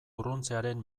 urruntzearen